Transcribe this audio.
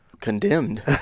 condemned